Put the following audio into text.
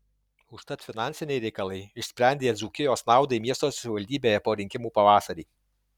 užtat finansiniai reikalai išsprendė dzūkijos naudai miesto savivaldybėje po rinkimų pavasarį